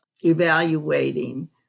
evaluating